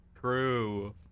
True